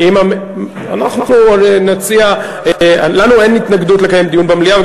לנו אין התנגדות לקיים דיון במליאה,